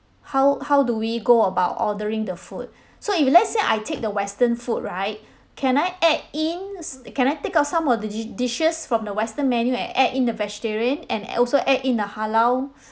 how how do we go about ordering the food so if let's say I take the western food right can I add in s~ can I take out some of the di~ dishes from the western menu and add in the vegetarian and also add in the halal